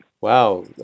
Wow